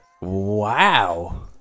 Wow